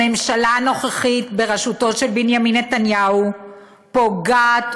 הממשלה הנוכחית בראשותו של בנימין נתניהו פוגעת,